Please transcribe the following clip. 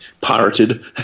pirated